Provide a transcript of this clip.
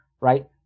right